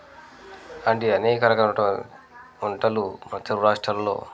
లాంటి అనేక రకాలైనటువంటి వంటలు మన తెలుగు రాష్ట్రాలలో